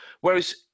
whereas